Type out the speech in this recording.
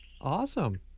Awesome